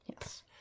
Yes